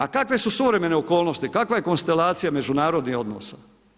A kakve su suvremene okolnosti, kakva je konstelacija međunarodnih odnosa?